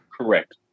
Correct